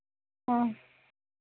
हाँ